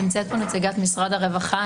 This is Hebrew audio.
נמצאת פה נציגת משרד הרווחה.